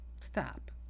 Stop